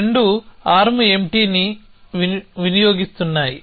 రెండూ ఆర్మ్ ని ఎంప్టీగా వినియోగిస్తున్నాయి